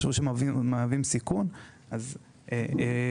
ולא חיברו אותם.